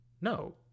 No